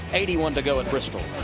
eighty one to go at bristol